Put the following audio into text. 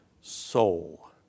soul